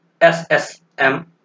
SSM